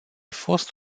fost